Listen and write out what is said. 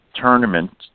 tournament